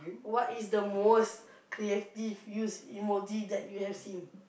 what is the most creative use emoji that you have seen